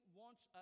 wants